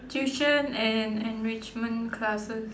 tuition and enrichment classes